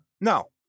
no